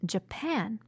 Japan